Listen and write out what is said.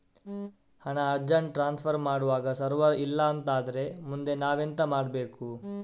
ಹಣ urgent transfer ಮಾಡ್ವಾಗ server ಇಲ್ಲಾಂತ ಆದ್ರೆ ಮುಂದೆ ನಾವೆಂತ ಮಾಡ್ಬೇಕು?